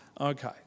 Okay